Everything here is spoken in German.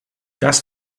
das